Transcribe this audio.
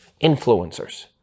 influencers